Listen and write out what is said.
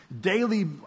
Daily